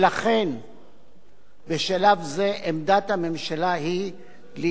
בשלב זה עמדת הממשלה היא להתנגד להצעת החוק.